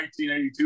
1982